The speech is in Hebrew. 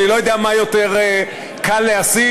אני לא יודע מה יותר קל להשיג.